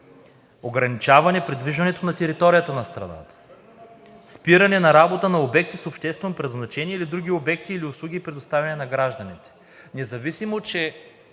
ограничаване придвижването на територията на страната, спиране на работа на обекти с обществено предназначение или други обекти, или услуги, предоставени на гражданите.“ Независимо че